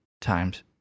times